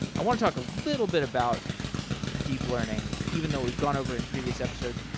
i want to talk a little bit about deep learning even though we've gone over in previous episodes.